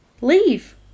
leave